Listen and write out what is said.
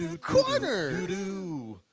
Corner